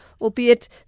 albeit